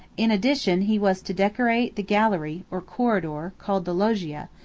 in addition, he was to decorate the gallery, or corridor, called the loggia,